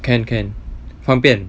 can can 方便